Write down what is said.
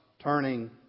turning